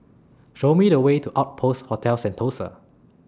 Show Me The Way to Outpost Hotel Sentosa